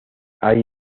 hay